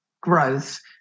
growth